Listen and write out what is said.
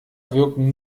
wirken